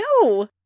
No